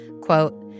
Quote